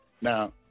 Now